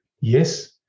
yes